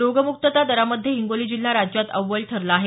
रोगमुक्तता दरामध्ये हिंगोली जिल्हा राज्यात अव्वल ठरला आहे